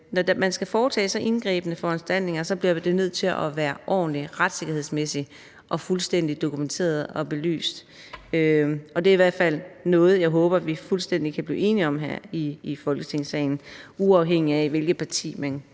Når man skal foretage så indgribende foranstaltninger, bliver det nødt til at være ordentligt retssikkerhedsmæssigt og fuldstændig dokumenteret og belyst. Det er i hvert fald noget, jeg håber vi kan blive fuldstændig enige om her i Folketingssalen, uafhængigt af hvilket parti man